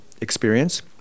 experience